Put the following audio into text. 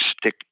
stick